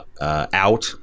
Out